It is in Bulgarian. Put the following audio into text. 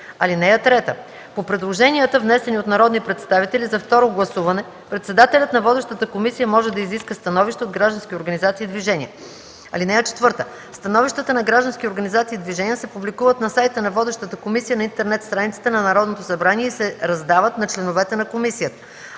движения. (3) По предложенията, внесени от народни представители за второ гласуване, председателят на водещата комисия може да изиска становище от граждански организации и движения. (4) Становищата от граждански организации и движения се публикуват на сайта на водещата комисия на интернет страницата на Народното събрание и се раздават на членовете на комисията.